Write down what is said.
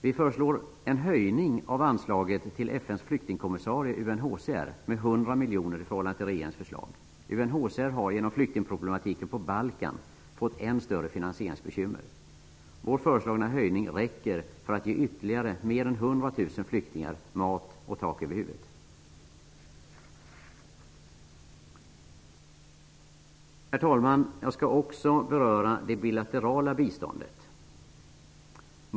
Vi föreslår en höjning av anslaget till FN:s flyktingkommissarie, UNHCR, med 100 miljoner kronor i förhållande till regeringens förslag. UNHCR har genom flyktingproblematiken på Balkan fått än större finansieringsbekymmer. Vår föreslagna höjning räcker för att ge ytterligare Herr talman! Jag skall också säga några ord om det bilaterala biståndet.